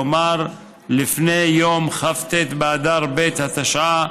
כלומר לפני יום כ"ט באדר ב' התשע"א,